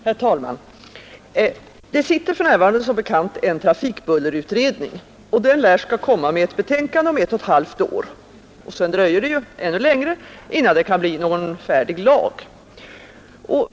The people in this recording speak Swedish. Herr talman! Det sitter för närvarande som bekant en trafikbullerutredning, och den lär skola komma med ett betänkande om ett och ett halvt år. Sedan dröjer det ju ännu längre innan det kan bli någon färdig lag.